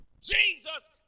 jesus